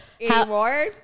anymore